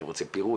אני רוצה פירוט'